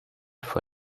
for